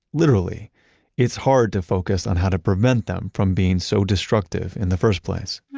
literally it's hard to focus on how to prevent them from being so destructive in the first place.